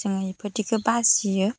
जोङो बिफोरबायदिखौ बासियो